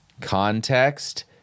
Context